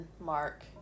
mark